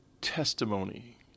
testimony